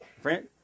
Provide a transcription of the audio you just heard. Friend